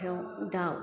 खोथायाव दाउ